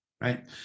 right